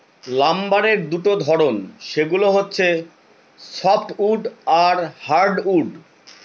লাম্বারের দুটা ধরন, সেগুলো হচ্ছে সফ্টউড আর হার্ডউড